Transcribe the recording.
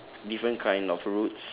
different kind of routes